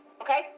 Okay